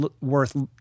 worth